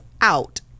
out